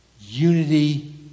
unity